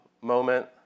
moment